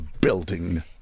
building